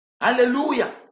Hallelujah